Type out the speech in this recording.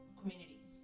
communities